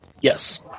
Yes